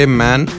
man